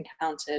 encountered